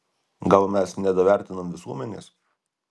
gal mes nedavertinam visuomenės